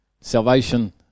Salvation